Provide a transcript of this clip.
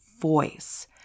voice